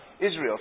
Israel